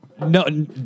No